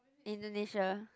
Indonesia